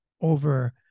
over